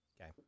Okay